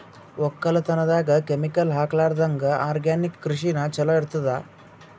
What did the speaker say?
ಒಕ್ಕಲತನದಾಗ ಕೆಮಿಕಲ್ ಹಾಕಲಾರದಂಗ ಆರ್ಗ್ಯಾನಿಕ್ ಕೃಷಿನ ಚಲೋ ಇರತದ